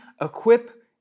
equip